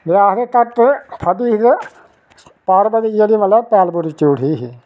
ते आक्खदे धरत फटी ही ते पार्बती जेहड़ी मतलब धरती हेठ चली गेई ही